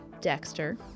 Dexter